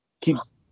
keeps